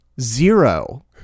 Zero